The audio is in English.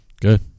Good